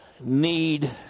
need